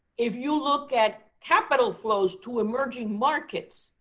if you look at capital flows to emerging markets,